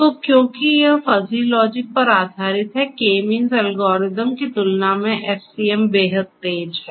तो क्योंकि यह फजी लॉजिक पर आधारित है K मींस एल्गोरिथम की तुलना में FCM बेहद तेज है